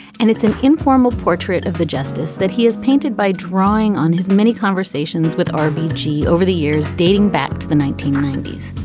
and it's an informal portrait of the justice that he is painted by drawing on his many conversations with r b g. over the years dating back to the nineteen ninety s.